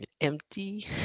Empty